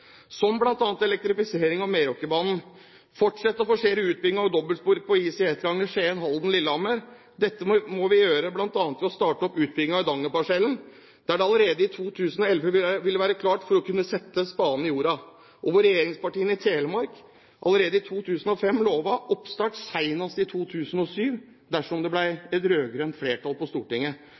2011, bl.a. elektrifisering av Meråkerbanen – og vi må fortsette å forsere utbyggingen av dobbeltspor på ICE-triangelet Skien, Halden og Lillehammer. Dette må vi gjøre bl.a. ved å starte opp utbyggingen av Eidanger-parsellen, der det allerede i 2011 vil være klart for å sette spaden i jorda. Regjeringspartiene i Telemark lovet allerede i 2005 oppstart senest i 2007 dersom det ble et rød-grønt flertall på Stortinget.